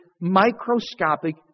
microscopic